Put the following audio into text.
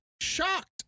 Shocked